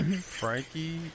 Frankie